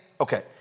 okay